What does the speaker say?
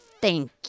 Thank